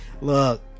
Look